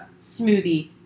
smoothie